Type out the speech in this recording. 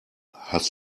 hast